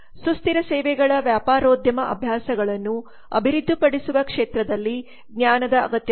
ಸುಸ್ಥಿರ ಸೇವೆಗಳ ವ್ಯಾಪಾರೋದ್ಯಮ ಅಭ್ಯಾಸಗಳನ್ನು ಅಭಿವೃದ್ಧಿಪಡಿಸುವ ಕ್ಷೇತ್ರದಲ್ಲಿ ಜ್ಞಾನದ ಅಗತ್ಯವಿದೆ